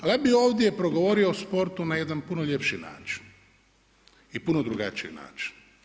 Ali ja bih ovdje progovorio o sportu na jedan puno ljepši način i puno drugačiji način.